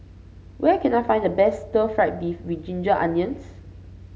where can I find the best stir fry beef with Ginger Onions